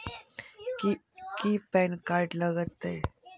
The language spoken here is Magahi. की पैन कार्ड लग तै?